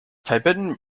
tibetan